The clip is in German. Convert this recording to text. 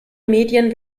medien